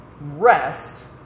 Rest